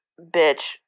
bitch